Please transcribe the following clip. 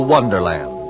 Wonderland